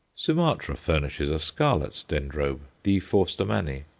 sumatra furnishes a scarlet dendrobe, d. forstermanni,